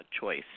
choice